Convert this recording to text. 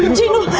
and genie.